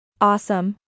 Awesome